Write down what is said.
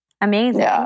Amazing